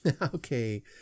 Okay